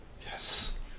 Yes